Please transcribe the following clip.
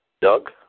Doug